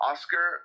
Oscar